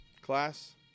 Class